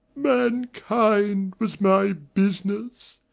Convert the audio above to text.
mankind was my business.